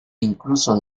incluso